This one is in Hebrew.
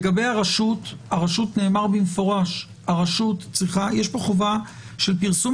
לגבי הרשות נאמר במפורש יש פה חובה של פרסום